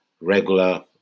regular